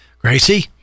Gracie